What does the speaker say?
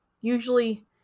Usually